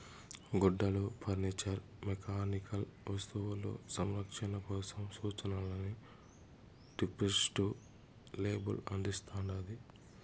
గుడ్డలు furniture mechanical వస్తువులు సంరక్షణ కోసం సూచనలని డిస్క్రిప్టివ్ లేబుల్ అందిస్తాండాది